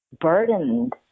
burdened